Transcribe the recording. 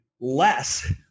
less